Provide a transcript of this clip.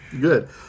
good